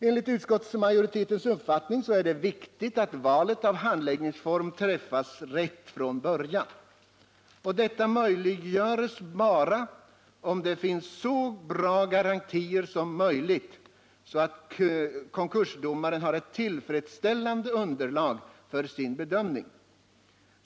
Enligt utskottsmajoritetens uppfattning är det viktigt att valet av handläggningsform träffas rätt från början. Detta möjliggörs bara om det finns så bra garantier som möjligt, så att konkursdomaren får ett tillfredsställande underlag för sin bedömning.